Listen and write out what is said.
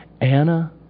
Anna